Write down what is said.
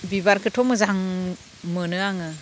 बिबारखौथ' मोजां मोनो आङो